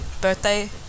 birthday